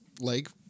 leg